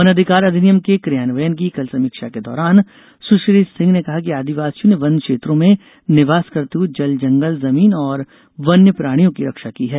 वनाधिकार अधिनियम के क्रियान्वयन की कल समीक्षा के दौरान सुश्री सिंह ने कहा कि आदिवासियों ने वन क्षेत्रों में निवास करते हुए जल जंगल जमीन और वन्य प्राणियों की रक्षा की है